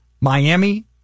Miami